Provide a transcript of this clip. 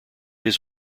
his